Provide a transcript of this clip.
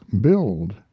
build